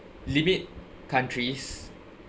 limit countries